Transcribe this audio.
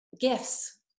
gifts